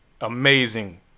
Amazing